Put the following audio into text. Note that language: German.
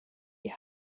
die